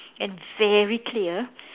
and very clear